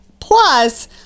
plus